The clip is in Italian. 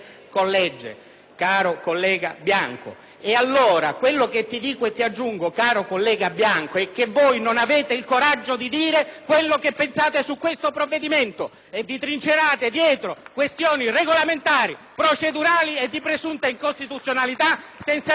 caro collega Bianco. Allora aggiungo, caro collega Bianco, che voi non avete il coraggio di dichiarare quello che pensate su questo provvedimento e vi trincerate dietro questioni regolamentari, procedurali e di presunta incostituzionalità senza dire se per voi